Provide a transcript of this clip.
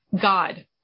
God